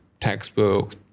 textbook